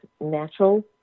natural